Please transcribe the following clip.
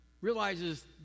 realizes